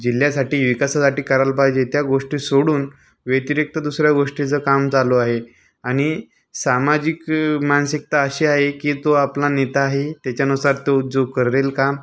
जिल्ह्यासाठी विकासासाठी करायला पाहिजे त्या गोष्टी सोडून व्यतिरिक्त दुसऱ्या गोष्टीचं काम चालू आहे आणि सामाजिक मानसिकता अशी आहे की तो आपला नेता आहे त्याच्यानुसार तो जो करेल काम